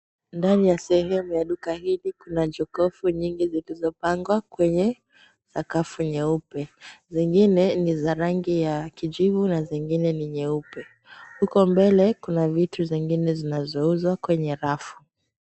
Ndani ya sehemu ya duka hili kuna jokofu mingi zilizopangwa kwenye sakafu nyeupe. Zingine ni za rangi ya kijivu na zingine nyeupe. Huko mbele kuna vitu zingine zinazouzwa kwenye rafu.